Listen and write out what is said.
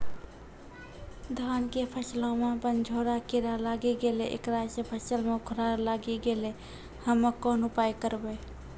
धान के फसलो मे बनझोरा कीड़ा लागी गैलै ऐकरा से फसल मे उखरा लागी गैलै हम्मे कोन उपाय करबै?